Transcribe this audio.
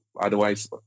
otherwise